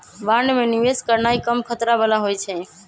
bond में निवेश करनाइ कम खतरा बला होइ छइ